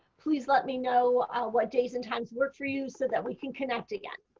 please let me know what days and times work for you so that we can connect again.